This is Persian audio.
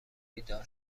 بیدار